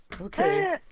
Okay